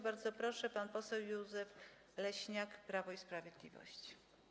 Bardzo proszę, pan poseł Józef Leśniak, Prawo i Sprawiedliwość.